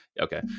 okay